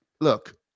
look